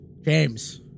James